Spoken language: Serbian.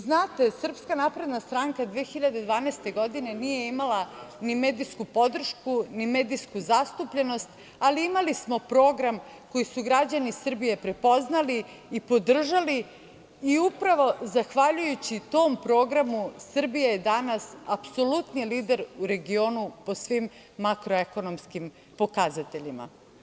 Znate, Srpska napredna stranka 2012. godine nije imala ni medijsku podršku ni medijsku zastupljenost, ali imali smo program koji su građani Srbije prepoznali i podržali i upravo zahvaljujući tom programu Srbija je danas apsolutni lider u regionu po svim makroekonomskim pokazateljima.